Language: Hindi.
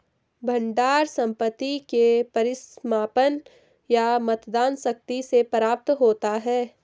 भंडार संपत्ति के परिसमापन या मतदान शक्ति से प्राप्त होता है